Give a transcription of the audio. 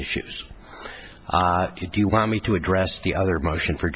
issues do you want me to address the other motion for